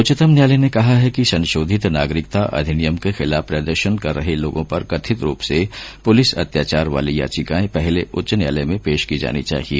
उच्चतम न्यायालय ने कहा है कि संशोधित नागरिकता अधिनियम के खिलाफ प्रदर्शन कर रहे लोगों पर कथित रूप से पुलिस अत्याचार वाली याचिकाएं पहले उच्च न्यायालय में पेश की जानी चाहिए